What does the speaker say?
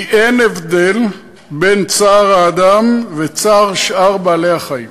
כי אין הבדל בין צער האדם וצער שאר בעלי-חיים".